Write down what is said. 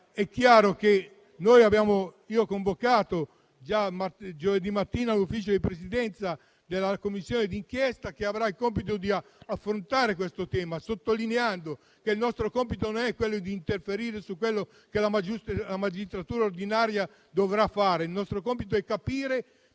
ho convocato per il prossimo giovedì mattina l'Ufficio di Presidenza della Commissione d'inchiesta che avrà il compito di affrontare questo tema, sottolineando che il nostro compito non è quello di interferire con quello che la magistratura ordinaria dovrà fare. Il nostro compito è capire